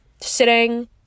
sitting